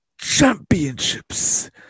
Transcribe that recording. championships